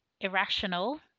Irrational